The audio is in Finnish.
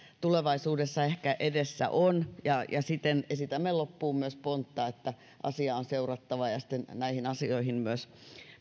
tulevaisuudessa ehkä edessä on ja siten esitämme loppuun myös pontta että asiaa on seurattava ja ja sitten näihin asioihin myös